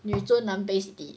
女尊男卑 city